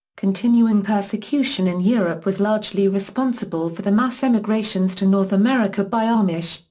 continuing persecution in europe was largely responsible for the mass emigrations to north america by amish,